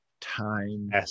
time